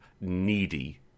needy